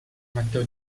matteo